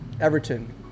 Everton